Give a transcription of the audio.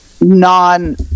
non